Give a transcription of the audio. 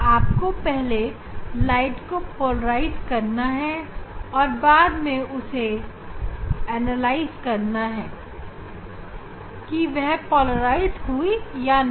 आपको पहले प्रकाश को पोलराइज्ड करना है और बाद में उसका विश्लेषण करना है कि वह पोलराइज्ड हुई या नहीं